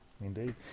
Indeed